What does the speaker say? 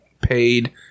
paid